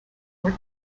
were